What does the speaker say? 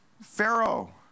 Pharaoh